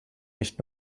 nicht